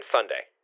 Sunday